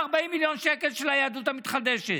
ה-40 מיליון שקלים של היהדות המתחדשת.